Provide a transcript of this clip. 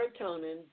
serotonin